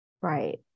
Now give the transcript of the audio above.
right